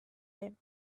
them